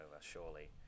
surely